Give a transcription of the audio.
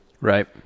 Right